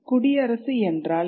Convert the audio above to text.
குடியரசு என்றால் என்ன